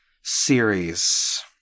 series